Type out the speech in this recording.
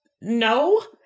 no